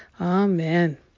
Amen